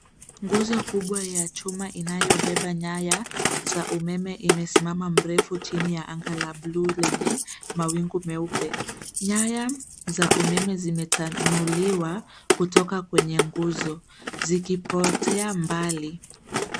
Nguzo kubwa ya chuma inayobeba nyaya za umeme imesimama mrefu chini ya anga la buluu lenye mawingu meupe. Nyaya za umeme zimetanuliwa kutoka kwenye nguzo zikipotea mbali.